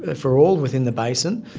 ah for all within the basin,